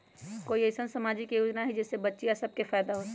कोई अईसन सामाजिक योजना हई जे से बच्चियां सब के फायदा हो सके?